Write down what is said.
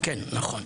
כן, נכון.